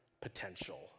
potential